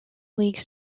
league